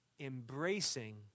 embracing